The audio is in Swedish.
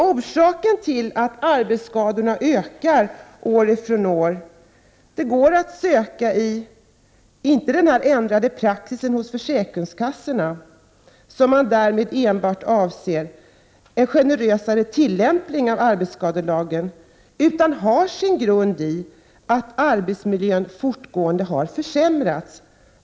Orsaken till att arbetsskadorna ökar år efter år går inte att söka i en ändrad praxis hos försäkringskassorna, om man därmed enbart avser en generösare tillämpning av arbetsskadelagen, utan har sin grund i att arbetsmiljön fortgående har försämrats.